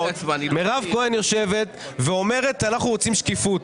מירב כהן יושבת ואומרת: אנחנו רוצים שקיפות.